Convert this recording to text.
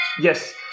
yes